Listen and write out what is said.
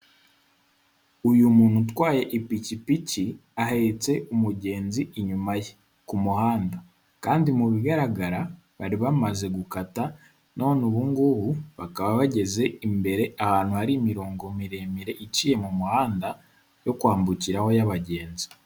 Uyu muntu utwaye ipikipiki ahetse umugenzi inyuma ye ku muhanda, kandi mu bigaragara bari bamaze gukata none ubungubu bakaba bageze imbere ahantu hari imirongo miremire iciye mu muhanda yo kwambukiraho y'abagenzi.